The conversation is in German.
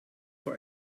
vor